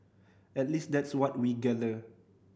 at least that's what we gather